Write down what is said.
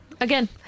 again